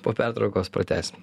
po pertraukos pratęsim